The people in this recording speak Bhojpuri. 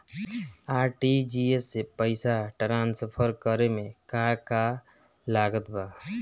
आर.टी.जी.एस से पईसा तराँसफर करे मे का का लागत बा?